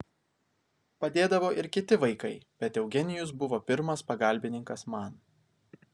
padėdavo ir kiti vaikai bet eugenijus buvo pirmas pagalbininkas man